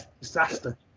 disaster